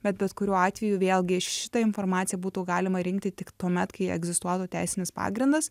bet bet kuriuo atveju vėlgi šitą informaciją būtų galima rinkti tik tuomet kai egzistuotų teisinis pagrindas